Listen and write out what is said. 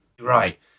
right